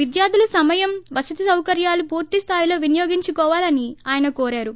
విద్యార్దులు సమయం వసతి సౌకర్యాలు పూర్తిస్టాయిలో వినియోగించుకోవాలని ఆయన కోరారు